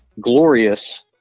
glorious